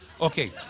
Okay